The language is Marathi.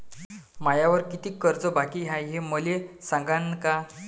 मायावर कितीक कर्ज बाकी हाय, हे मले सांगान का?